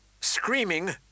Screaming